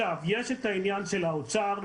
יש את העניין של האוצר,